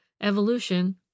evolution